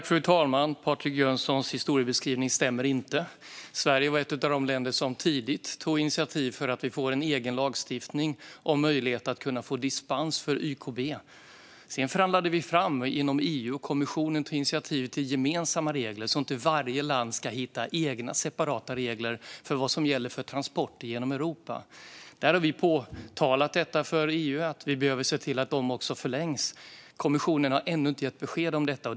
Fru talman! Patrik Jönssons historiebeskrivning stämmer inte. Sverige var ett av de länder som tidigt tog initiativ till en egen lagstiftning och en möjlighet att få dispens för YKB. Sedan förhandlade vi genom EU, och kommissionen tog initiativ till gemensamma regler för att inte varje land ska hitta egna separata regler för vad som ska gälla för transport genom EU. Vi har påtalat för EU att man behöver se till att de förlängs. Kommissionen har ännu inte gett besked om det.